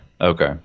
Okay